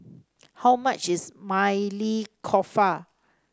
how much is Maili Kofta